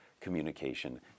communication